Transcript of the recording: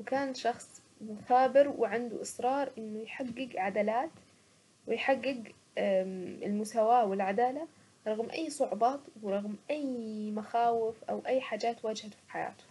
وكان شخص مثابر، وعنده اصرار انه يحقق عدالات، ويحقق المساواة والعدالة رغم اي صعوبات ورغم اي مخاوف او اي حاجات واجهته في حياته.